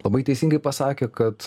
labai teisingai pasakė kad